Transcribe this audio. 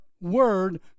word